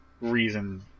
reason